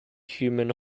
human